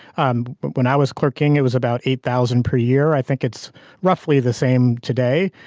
um but when i was clerking it was about eight thousand per year i think it's roughly the same today.